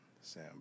Sam